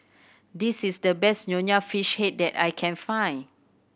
this is the best Nonya Fish Head that I can find